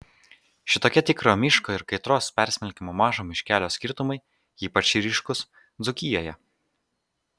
šitokie tikro miško ir kaitros persmelkiamo mažo miškelio skirtumai ypač ryškūs dzūkijoje